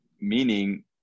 Meaning